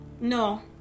No